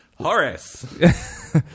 Horace